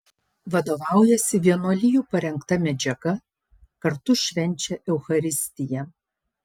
vadovaujasi vienuolijų parengta medžiaga kartu švenčia eucharistiją